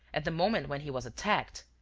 at the moment when he was attacked.